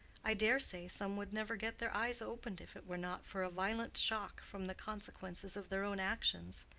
i dare say some would never get their eyes opened if it were not for a violent shock from the consequences of their own actions.